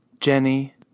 Jenny